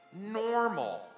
normal